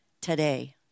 today